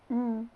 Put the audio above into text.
mm